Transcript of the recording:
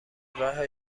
راه